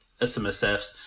SMSFs